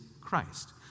Christ